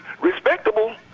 respectable